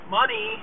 money